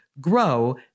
Grow